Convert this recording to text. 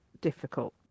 difficult